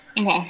Okay